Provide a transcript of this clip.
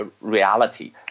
reality